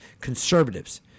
conservatives